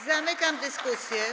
Zamykam dyskusję.